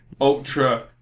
Ultra